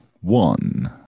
one